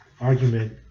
argument